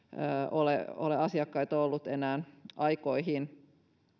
ole ole asiakkaita ollut enää aikoihin